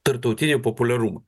tarptautinį populiarumą